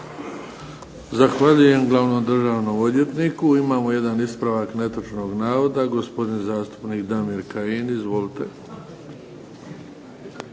Zahvaljujem Glavnom državnom odvjetniku. Imamo jedan ispravak netočnog navoda, gospodin zastupnik Damir Kajin. Izvolite.